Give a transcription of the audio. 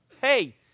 hey